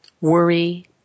worry